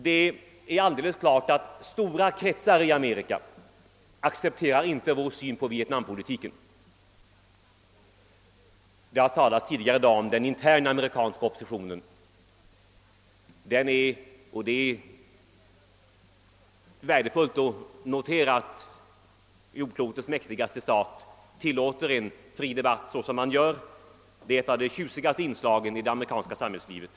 Det är alldeles klart att stora kretsar i Amerika inte accepterar vår syn på Vietnampolitiken. Det har tidigare i dag talats om den interna amerikanska oppositionen. Det är värdefullt att kunna notera att jordklotets mäktigaste stat tillåter en fri debatt av det slaget. Det är ett av de förnämsta inslagen i det amerikanska samhällslivet.